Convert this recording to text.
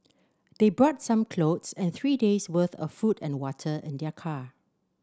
they brought some clothes and three days worth of food and water in their car